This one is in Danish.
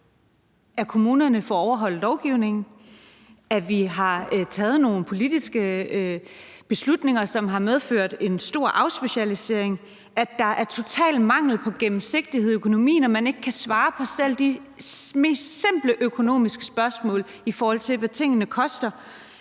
om kommunerne får overholdt lovgivningen; at vi har taget nogle politiske beslutninger, som har medført en stor afspecialisering; at der er total mangel på gennemsigtighed i økonomien, og at man ikke kan svare på selv de mest simple økonomiske spørgsmål, i forhold til hvad tingene koster;